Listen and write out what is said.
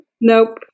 nope